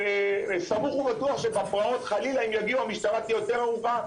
סמוך ובטוח שבפרעות חלילה אם יגיעו המשטרה תהיה יותר ערוכה,